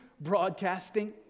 broadcasting